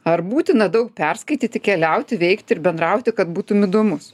ar būtina daug perskaityti keliauti veikti ir bendrauti kad būtum įdomus